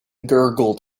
gurgled